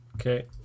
Okay